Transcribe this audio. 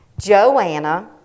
Joanna